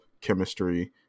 chemistry